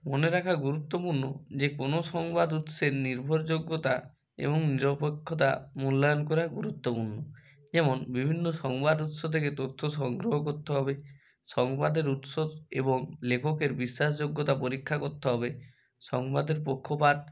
মনে রাখা গুরুত্বপূর্ণ যে কোনো সংবাদ উৎসের নির্ভরযোগ্যতা এবং নিরপেক্ষতা মূল্যায়ণ করা গুরুত্বপূর্ণ যেমন বিভিন্ন সংবাদ উৎস থেকে তথ্য সংগ্রহ করতে হবে সংবাদের উৎস এবং লেখকের বিশ্বাসযোগ্যতা পরীক্ষা করতে হবে সংবাদের পক্ষপাত